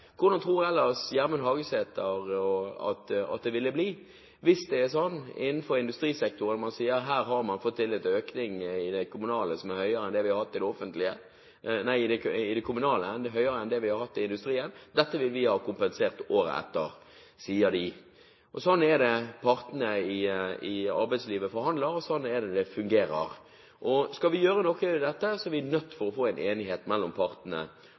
Hvordan tror ellers Gjermund Hagesæter at det ville bli, hvis man innenfor industrisektoren sier at man har fått en økning i det kommunale som er høyere enn det vi har fått i industrien? Dette vil vi ha kompensert året etter, sier de. Sånn er det partene i arbeidslivet forhandler, og sånn er det det fungerer. Skal vi gjøre noe med dette, er vi nødt til å få en enighet mellom partene.